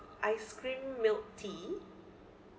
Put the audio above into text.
ice cream milk tea